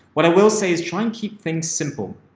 what i will say is try and keep things simple.